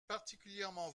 particulièrement